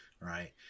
right